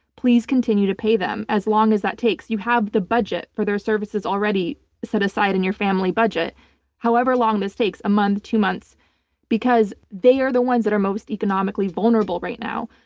please continue to pay them as long as that takes. you have the budget for their services already set aside in your family budget however long this takes a month, two months because they are the ones that are most economically vulnerable right now.